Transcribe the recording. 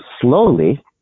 slowly